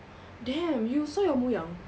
damn you saw your moyang